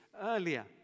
earlier